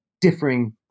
differing